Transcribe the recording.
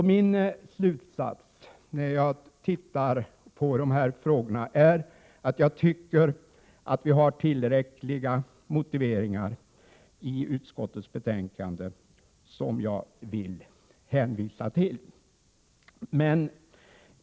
i hetsförordningen Min slutsats när jag ser på de här frågorna är att jag tycker att vi har mn: tillräckliga motiveringar i utskottets betänkande, som jag vill hänvisa till.